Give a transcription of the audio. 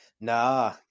nah